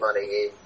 money